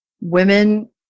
women